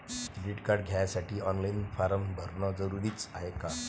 Credit card घ्यासाठी online form भरन जरुरीच हाय का?